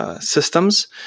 systems